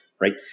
right